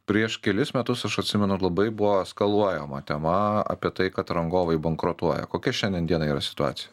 prieš kelis metus aš atsimenu labai buvo eskaluojama tema apie tai kad rangovai bankrutuoja kokia šiandien dienai yra situacija